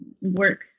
work